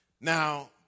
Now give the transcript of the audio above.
Now